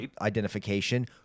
identification